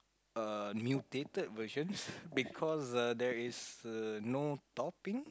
uh mutated versions because uh there is uh no topping